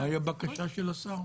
מה היא הבקשה של השר?